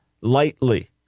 lightly